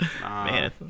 Man